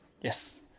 Yes